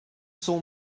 saw